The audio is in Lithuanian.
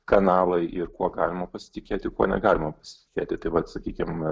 kanalai ir kuo galima pasitikėti kuo negalima pasitikėti tai vat sakykim